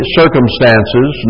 circumstances